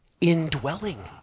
indwelling